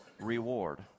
reward